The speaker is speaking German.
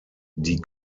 die